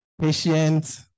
Patient